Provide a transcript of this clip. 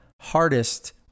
hardest